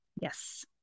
Yes